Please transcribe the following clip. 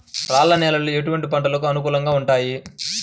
రాళ్ల నేలలు ఎటువంటి పంటలకు అనుకూలంగా ఉంటాయి?